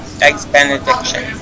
ex-Benediction